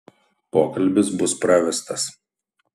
pokalbis bus pravestas